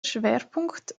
schwerpunkt